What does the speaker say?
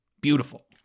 Beautiful